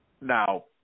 Now